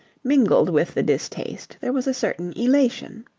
mingled with the distaste, there was a certain elation.